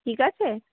ঠিক আছে